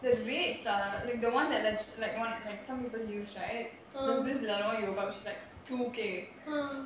the rates are like the one that like one like some people use right there's this Lenovo Yoga which is like two K